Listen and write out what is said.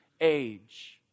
age